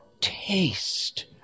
taste